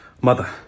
Mother